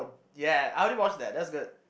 yeah I only watch that that's good